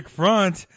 front